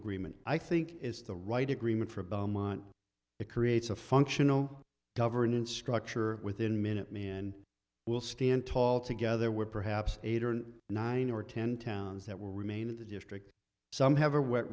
agreement i think is the right agreement for belmont it creates a functional governance structure within minute me and will stand tall together with perhaps eight or nine or ten towns that will remain in the district some have a wet